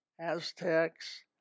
Aztecs